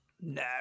no